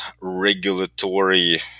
regulatory